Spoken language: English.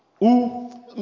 ou